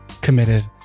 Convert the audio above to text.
committed